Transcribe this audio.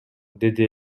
деди